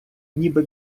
ніби